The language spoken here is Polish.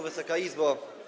Wysoka Izbo!